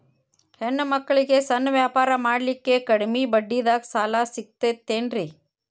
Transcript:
ಹೆಣ್ಣ ಮಕ್ಕಳಿಗೆ ಸಣ್ಣ ವ್ಯಾಪಾರ ಮಾಡ್ಲಿಕ್ಕೆ ಕಡಿಮಿ ಬಡ್ಡಿದಾಗ ಸಾಲ ಸಿಗತೈತೇನ್ರಿ?